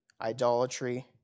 idolatry